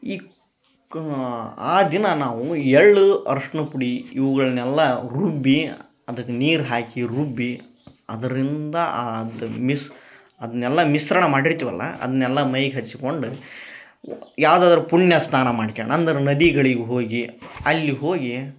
ಈ ಕ ಆ ದಿನ ನಾವು ಎಳ್ಳು ಅರಿಶಿಣ ಪುಡಿ ಇವ್ಗಳನ್ನೆಲ್ಲ ರುಬ್ಬಿ ಅದಕ್ಕೆ ನೀರು ಹಾಕಿ ರುಬ್ಬಿ ಅದರಿಂದ ಆದ ಅದನ್ನೆಲ್ಲ ಮಿಶ್ರಣ ಮಾಡಿರ್ತೀವಲ್ಲ ಅದನ್ನೆಲ್ಲ ಮೈಗೆ ಹಚ್ಚಿಕೊಂಡ ವ ಯಾವ್ದಾದ್ರು ಪುಣ್ಯ ಸ್ನಾನ ಮಾಡಿಕೆಂಡರು ಅಂದರ ನದಿಗಳಿಗೆ ಹೋಗಿ ಅಲ್ಲಿ ಹೋಗಿ